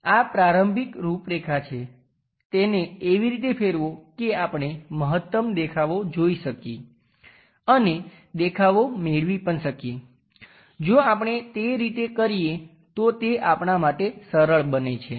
આ પ્રારંભિક રૂપરેખાં છે તેને એવી રીતે ફેરવો કે આપણે મહત્તમ દેખાવો જોઈ શકીએ અને દેખાવો મેળવી પણ શકીએ જો આપણે તે રીતે કરીએ તો તે આપણા માટે સરળ બને છે